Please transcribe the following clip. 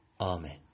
Amen